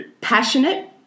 Passionate